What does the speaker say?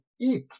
eat